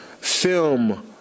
film